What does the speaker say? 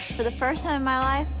for the first time in my life,